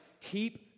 keep